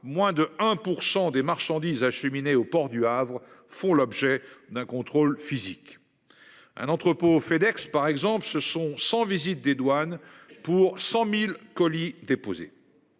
moins de 1% des marchandises acheminées au port du Havre font l'objet d'un contrôle physique. Un entrepôt FedEx par exemple ce sont 100 visite des douanes pour 100.000 colis déposé.